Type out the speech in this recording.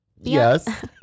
Yes